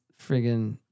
friggin